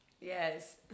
Yes